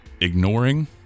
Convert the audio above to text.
ignoring